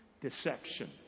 Deception